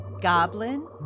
goblin